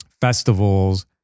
festivals